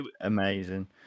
amazing